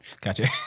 Gotcha